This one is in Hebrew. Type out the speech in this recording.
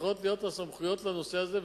צריכות להיות סמכויות בנושא הזה,